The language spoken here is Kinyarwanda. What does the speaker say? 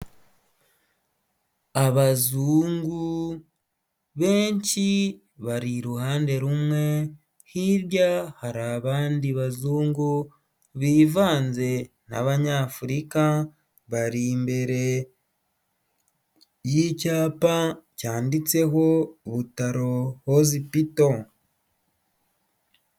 Abazungu benshi bari iruhande rumwe, hirya hari abandi bazungu bivanze n'abanyafurika, bari imbere y'icyapa cyanditseho Butaro Hozipito.